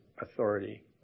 authority